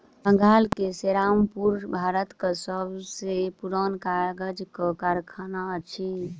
बंगाल के सेरामपुर भारतक सब सॅ पुरान कागजक कारखाना अछि